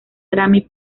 grammy